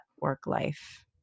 work-life